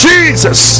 Jesus